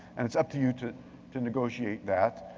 and it's up to you to to negotiate that.